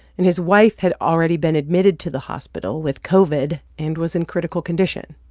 and his wife had already been admitted to the hospital with covid and was in critical condition